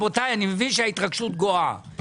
אני מבין שההתרגשות גואה,